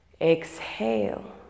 exhale